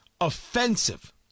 Offensive